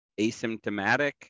asymptomatic